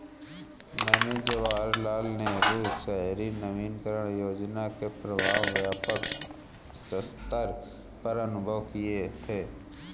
मैंने जवाहरलाल नेहरू शहरी नवीनकरण योजना के प्रभाव व्यापक सत्तर पर अनुभव किये थे